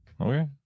Okay